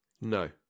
No